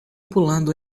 pulando